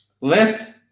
let